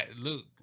look